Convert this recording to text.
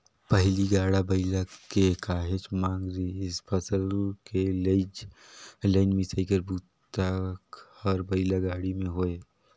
पहिली गाड़ा बइला के काहेच मांग रिहिस फसल के लेजइ, लनइ, मिसई कर बूता हर बइला गाड़ी में होये